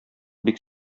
бик